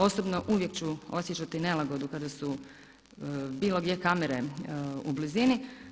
Osobno uvijek ću osjećati nelagodu kada su bilo gdje kamere u blizini.